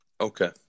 Okay